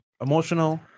Emotional